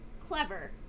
Clever